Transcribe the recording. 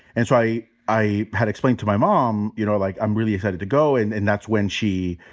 and so i i had explained to my mom, you know, like, i'm really excited to go. and and that's when she,